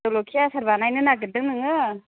जल'खिया आसार बानायनो नागिरदों नोङो